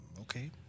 okay